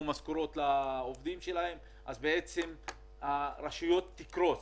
משכורות לעובדים שלהן ואז בעצם הרשויות יקרסו.